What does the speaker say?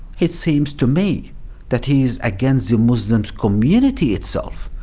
it seems to me that he is against the muslim community itself,